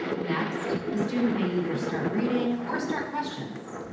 next, the student may either start reading or start questions.